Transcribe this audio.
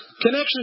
Connection